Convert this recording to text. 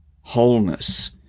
wholeness